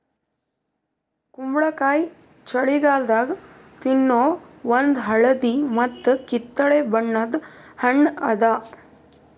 ಕುಂಬಳಕಾಯಿ ಛಳಿಗಾಲದಾಗ ತಿನ್ನೋ ಒಂದ್ ಹಳದಿ ಮತ್ತ್ ಕಿತ್ತಳೆ ಬಣ್ಣದ ಹಣ್ಣ್ ಅದಾ